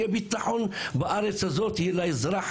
שיהיה ביטחון בארץ הזאת לאזרח,